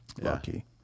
lucky